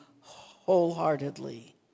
wholeheartedly